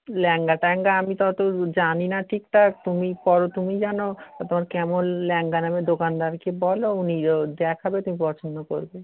লেহেঙ্গা টেহেঙ্গা আমি তো অত জানি না ঠিক তা তুমি পরো তুমি জানো তো কেমন লেহেঙ্গা নেবে দোকানদারকে বলো উনি দেখাবে তুমি পছন্দ করবে